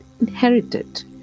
inherited